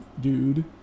dude